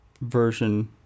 version